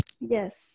Yes